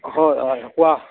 অঁ হয় হয় কোৱা